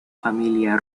familia